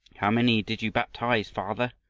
how many did you baptize, father?